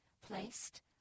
placed